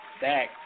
back